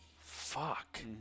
Fuck